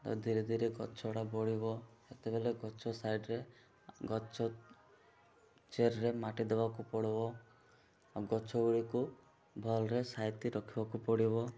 ତ ଧୀରେ ଧୀରେ ଗଛଡ଼ା ବଢ଼ିବ ସେତେବେଳେ ଗଛ ସାଇଡ଼ରେେ ଗଛ ଚେରରେ ମାଟି ଦେବାକୁ ପଡ଼ିବ ଆଉ ଗଛଗୁଡ଼ିକୁ ଭଲରେ ସାଇତି ରଖିବାକୁ ପଡ଼ିବ